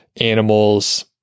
animals